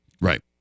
Right